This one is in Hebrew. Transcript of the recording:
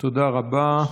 תודה רבה.